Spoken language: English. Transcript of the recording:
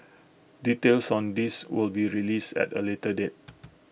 details on this will be released at A later date